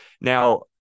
Now